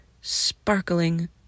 sparkling